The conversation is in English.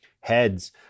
heads